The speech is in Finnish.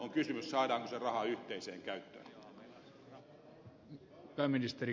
on kysymys saadaanko se raha yhteiseen käyttöön